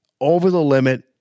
over-the-limit